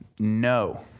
No